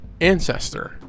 ancestor